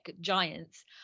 giants